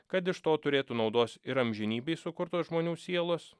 kad iš to turėtų naudos ir amžinybei sukurtos žmonių sielos